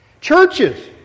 Churches